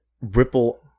ripple